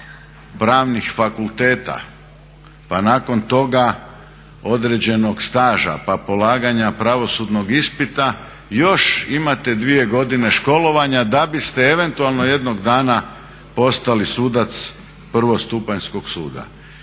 pravnih fakulteta, pa nakon toga određenog staža, pa polaganja pravosudnog ispita, još imate 2 godine školovanja da biste eventualno jednog dana postali sudac prvostupanjskog suda.